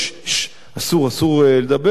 אסור לדבר על זה,